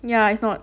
yeah it's not